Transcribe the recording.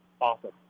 awesome